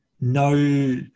no